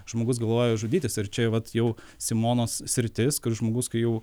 žmogus galvoja žudytis ir čia jau vat jau simonos sritis kur žmogus kai jau